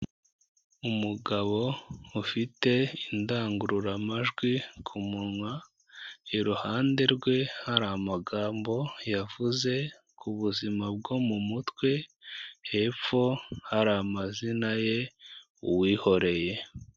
Umugabo ufite indangururamajwi ku munwa, iruhande rwe hari amagambo yavuze ku buzima bwo mu mutwe, hepfo hari amazina ye Uwihoreye.